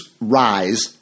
rise